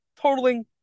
totaling